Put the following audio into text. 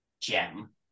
gem